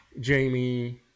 Jamie